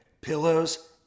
pillows